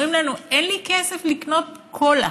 אומרים לנו: אין לי כסף לקנות קולה,